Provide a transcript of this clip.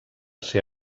ser